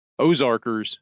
Ozarkers